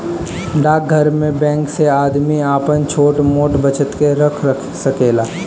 डाकघर बैंक से आदमी आपन छोट मोट बचत के रख सकेला